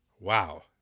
wow